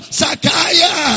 sakaya